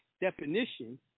definition